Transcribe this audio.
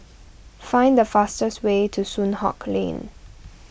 find the fastest way to Soon Hock Lane